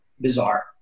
bizarre